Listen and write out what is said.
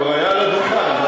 הוא כבר היה על הדוכן.